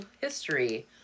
history